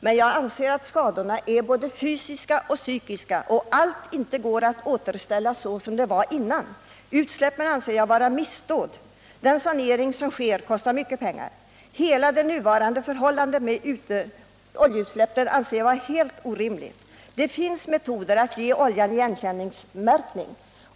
Men jag anser att skadorna är både fysiska och psykiska och att allt inte går att återställa så som det var innan skadorna inträffade. Utsläppen anser jag vara missdåd. Den sanering som måste företas kostar mycket pengar. Hela det nuvarande förhållandet med oljeutsläpp anser jag vara helt orimligt. Det finns metoder att ge oljan igenkänningstecken.